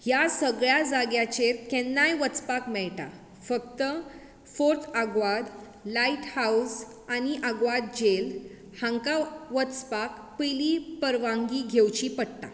ह्या सगळ्या जाग्यांचेर केन्नाय वचपाक मेळटा फक्त फोर्ट आग्वाद लायट हावस आनी आग्वाद जेल हांकां वचपाक पयलीं परवानगी घेवची पडटा